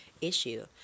issue